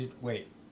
Wait